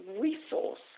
resource